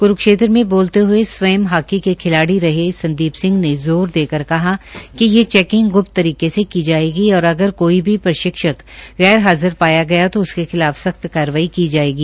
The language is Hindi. क्रूक्षेत्र में बोलते हये स्वय हाकी के खिलाड़ी रहे संदीप सिंह ने ज़ोर देकर कहा कि ये चैकिंग ग्प्त तरीके से की जायेगी और अगर कोई भी प्रशिक्षक गैर हाज़र पाया गया तो उसके खिलाफ सख्त कार्रवाई की जायेगी